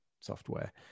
software